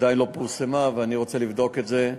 שעדיין לא פורסמה, ואני רוצה לבדוק את זה.